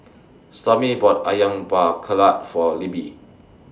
Stormy bought Ayam Buah Keluak For Libbie